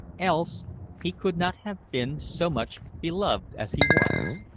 else he could not have been so much beloved as he was.